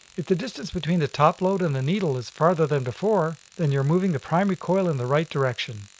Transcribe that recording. if the distance between the topload and the needle is farther than before then you're moving the primary coil in the right direction,